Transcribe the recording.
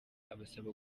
abasaba